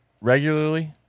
regularly